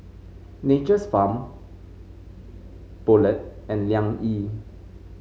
Nature's Farm Poulet and Liang Yi